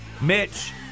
Mitch